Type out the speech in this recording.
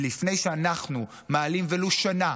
ולפני שאנחנו מעלים ולו שנה,